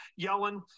Yellen